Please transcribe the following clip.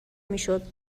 میشد